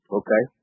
okay